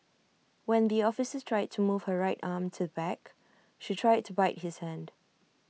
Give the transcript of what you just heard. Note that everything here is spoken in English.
when the officer tried to move her right arm to the back she tried to bite his hand